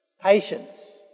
patience